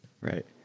Right